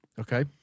Okay